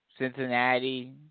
Cincinnati